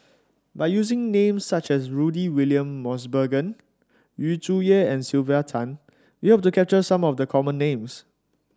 by using names such as Rudy William Mosbergen Yu Zhuye and Sylvia Tan we hope to capture some of the common names